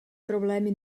problémy